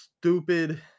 stupid